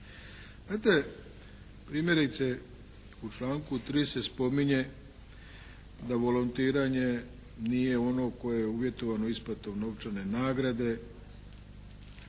Znate, primjerice u članku 3. se spominje da volontiranje nije ono koje je uvjetovano isplatom novčane nagrade